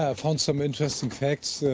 ah found some interesting facts.